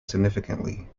significantly